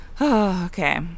okay